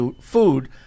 food